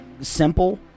simple